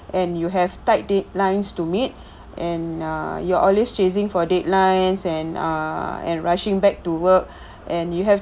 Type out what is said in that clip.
and you have tight deadlines to meet and ah you're always chasing for deadlines and uh and rushing back to work and you have